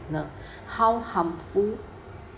~nal how harmful